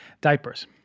diapers